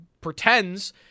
pretends